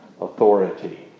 authority